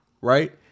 right